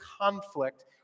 conflict